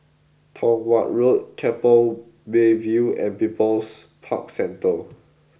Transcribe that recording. Tong Watt Road Keppel Bay View and People's Park Centre